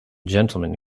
gentleman